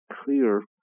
clear